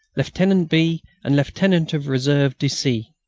lieutenant b. and lieutenant of reserve de c.